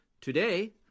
Today